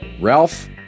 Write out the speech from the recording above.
Ralph